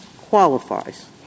qualifies